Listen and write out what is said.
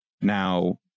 Now